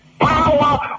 power